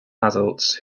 adults